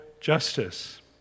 justice